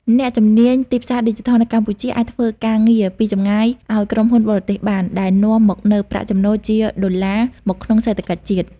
អ្នកជំនាញទីផ្សារឌីជីថលនៅកម្ពុជាអាចធ្វើការងារពីចម្ងាយឱ្យក្រុមហ៊ុនបរទេសបាន ដែលនាំមកនូវប្រាក់ចំណូលជាដុល្លារមកក្នុងសេដ្ឋកិច្ចជាតិ។